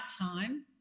time